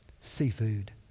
seafood